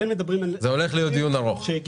בשקף 4 מתוך 28. זה הולך להיות דיון ארוך.